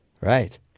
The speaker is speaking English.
Right